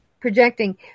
projecting